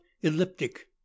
elliptic